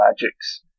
magics